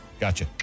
gotcha